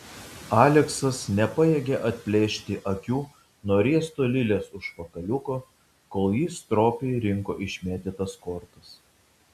aleksas nepajėgė atplėšti akių nuo riesto lilės užpakaliuko kol ji stropiai rinko išmėtytas kortas